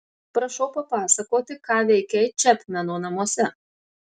prašau papasakoti ką veikei čepmeno namuose